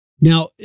Now